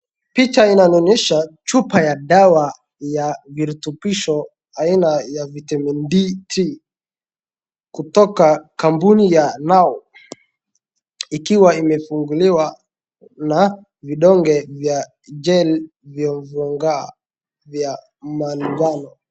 Picha inaonyesha chupa ya dawa ya virutubisho aina ya vitamini D3 kutoka kampuni ya Now ikiwa imefunguliwa na vidonge vya jell viong’aavyo vya manjano